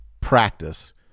practice